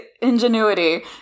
ingenuity